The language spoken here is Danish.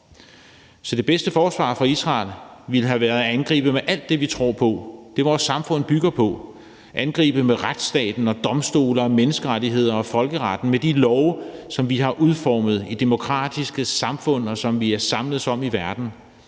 Så det bedste forsvar for Israel ville have været at angribe med alt det, vi tror på, og det, vores samfund bygger på, nemlig at angribe med retsstaten og domstole og menneskerettigheder og folkeretten og med de love, som vi har udformet i demokratiske samfund, og som vi er samledes om i verden,